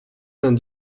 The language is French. vingt